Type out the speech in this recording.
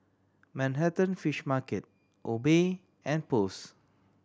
Manhattan Fish Market Obey and Post